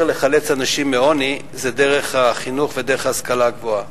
לחלץ אנשים מעוני זה דרך החינוך ודרך ההשכלה הגבוהה.